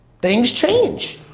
things change!